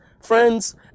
friends